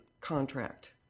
contract